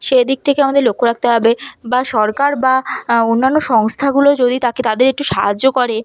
সেদিক থেকে আমাদের লক্ষ্য রাখতে হবে বা সরকার বা অন্যান্য সংস্থাগুলো যদি তাকে তাদের একটু সাহায্য করে